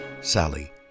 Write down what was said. Sally